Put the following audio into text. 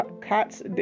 cats